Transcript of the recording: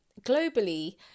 globally